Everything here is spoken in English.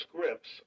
scripts